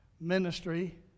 ministry